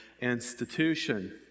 institution